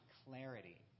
clarity